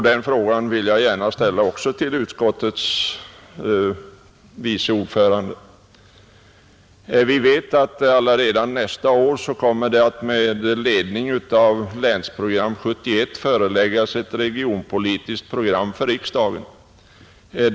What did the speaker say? Den frågan vill jag också gärna ställa till utskottets vice ordförande, Vi vet att redan nästa år kommer det med ledning av Länsprogram 1971 att framläggas ett regionalpolitiskt program för riksdagen.